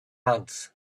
ants